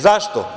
Zašto?